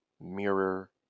Mirror